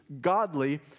godly